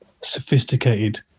sophisticated